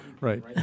Right